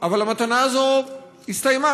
אבל המתנה הזאת הסתיימה,